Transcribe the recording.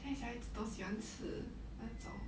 现在小孩子都喜欢吃那种